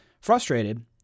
Frustrated